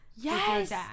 Yes